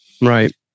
Right